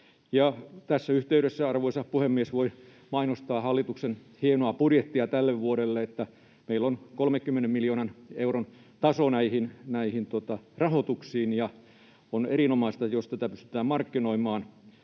Tässä yhteydessä, arvoisa puhemies, voin mainostaa hallituksen hienoa budjettia tälle vuodelle. Meillä on 30 miljoonan euron taso näihin rahoituksiin, ja on erinomaista, jos tätä pystytään markkinoimaan